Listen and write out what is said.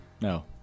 No